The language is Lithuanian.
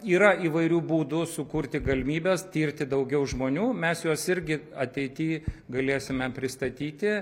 yra įvairių būdų sukurti galimybes tirti daugiau žmonių mes juos irgi ateity galėsime pristatyti